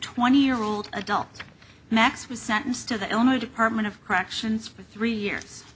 twenty year old adult max was sentenced to the only department of corrections for three years